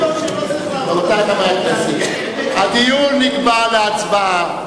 הכנסת, הדיון נקבע להצבעה.